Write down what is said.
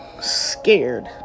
scared